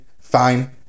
fine